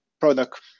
product